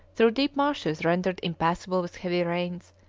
through deep marshes rendered impassable with heavy rains,